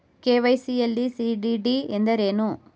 KYC ಯಲ್ಲಿ CDD ಎಂದರೇನು?